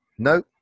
No